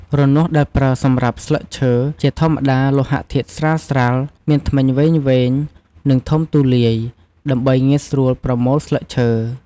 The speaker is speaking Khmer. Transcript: រនាស់ដែលប្រើសម្រាប់ស្លឹកឈើ ជាធម្មតាលោហធាតុស្រាលៗ មានធ្មេញវែងៗ និងធំទូលាយ ដើម្បីងាយស្រួលប្រមូលស្លឹកឈើ។